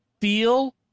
feel